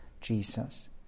Jesus